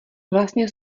vlastně